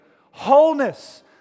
wholeness